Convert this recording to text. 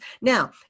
Now